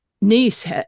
niece